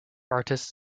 artists